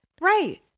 Right